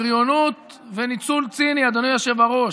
בריונות וניצול ציני, אדוני היושב-ראש.